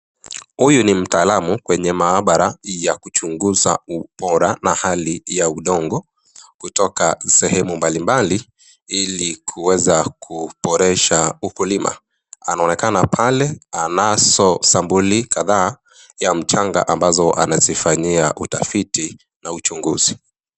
Huyo ni mtaalamu kwenye maabara ya kuchunguza ubora na hali ya udongo. Kutoka sehemu mbalimbali, ilikuwaza kuboresha ukulima. Anaonekana pale anazo sampuli kadhaa ya mchanga ambazo anazozifanyia utafiti na uchunguzi.